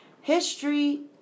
history